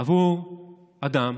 עבור אדם